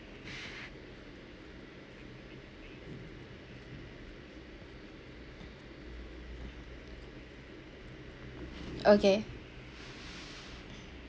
okay